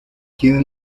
quien